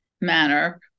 manner